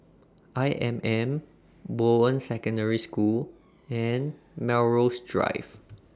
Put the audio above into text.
I M M Bowen Secondary School and Melrose Drive